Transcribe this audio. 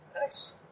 Nice